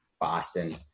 Boston